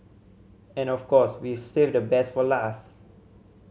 and of course we've saved the best for last